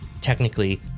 technically